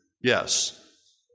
yes